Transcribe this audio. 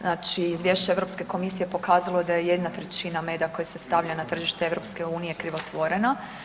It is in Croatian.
Znači izvješće Europske komisije pokazalo je da je 1/3 meda koje se stavlja na tržište EU krivotvorena.